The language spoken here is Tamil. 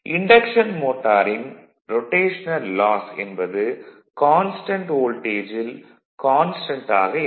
இன்டக்ஷன் மோட்டாரின் ரொடேஷனல் லாஸ் என்பது கான்ஸ்டன்ட் வோல்டேஜில் கான்ஸ்டன்ட் ஆக இருக்கும்